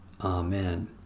Amen